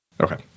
Okay